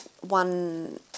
one